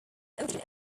autonomy